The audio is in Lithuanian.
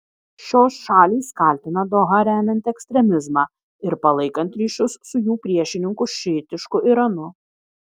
šios šalys kaltina dohą remiant ekstremizmą ir palaikant ryšius su jų priešininku šiitišku iranu